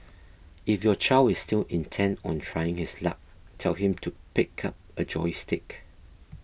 if your child is still intent on trying his luck tell him to pick up a joystick